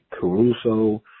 Caruso